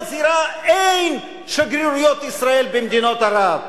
מצהירה: אין שגרירויות ישראל במדינות ערב.